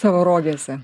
savo rogėse